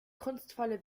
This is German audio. kunstvolle